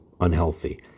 unhealthy